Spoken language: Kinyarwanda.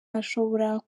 ashobora